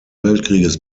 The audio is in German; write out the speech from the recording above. weltkrieges